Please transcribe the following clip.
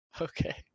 Okay